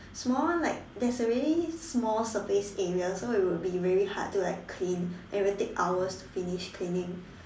small one like there's already small surface area so it'll be really hard to clean and it would take hours to finish cleaning